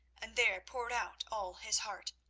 and there poured out all his heart.